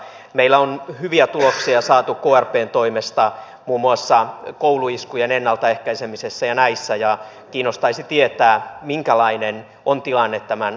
meillä on hyviä tuloksia saatu krpn toimesta muun muassa kouluiskujen ennaltaehkäisemisessä ja näissä ja kiinnostaisi tietää minkälainen on tilanne tämän radikalisoitumisen suhteen